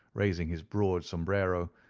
raising his broad sombrero,